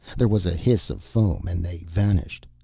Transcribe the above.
there was a hiss of foam and they vanished.